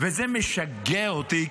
--- וזה משגע אותי,